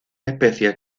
especies